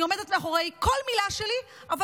שאני עומדת מאחורי כל מילה שלי אבל